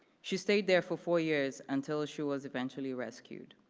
she stayed there for four years until she was eventually rescued.